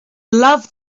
love